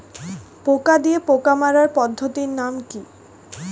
পোকা দিয়ে পোকা মারার পদ্ধতির নাম কি?